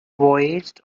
voyaged